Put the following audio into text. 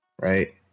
right